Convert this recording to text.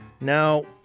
Now